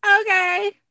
okay